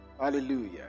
Hallelujah